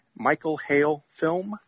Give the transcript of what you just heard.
michaelhalefilm